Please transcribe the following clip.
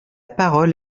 parole